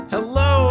Hello